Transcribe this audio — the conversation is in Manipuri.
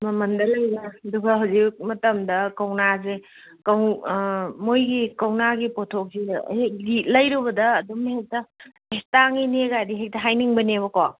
ꯃꯃꯟꯗ ꯂꯩꯔꯦ ꯑꯗꯨꯒ ꯍꯧꯖꯤꯛ ꯃꯇꯝꯗ ꯀꯧꯅꯥꯁꯦ ꯃꯣꯏꯒꯤ ꯀꯧꯅꯥꯒꯤ ꯄꯣꯠꯊꯣꯛꯁꯤꯗ ꯍꯦꯛ ꯂꯩꯔꯨꯕꯗ ꯑꯗꯨꯝ ꯍꯦꯛꯇ ꯑꯦ ꯇꯥꯡꯉꯤꯅꯦ ꯒꯥꯏꯗꯤ ꯍꯦꯛꯇ ꯍꯥꯏꯅꯤꯡꯕꯅꯦꯕꯀꯣ